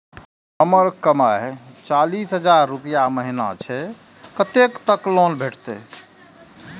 हमर कमाय चालीस हजार रूपया महिना छै कतैक तक लोन भेटते?